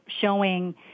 showing